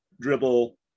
dribble